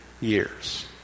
years